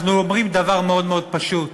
אנחנו אומרים דבר מאוד מאוד פשוט: